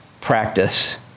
practice